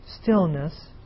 Stillness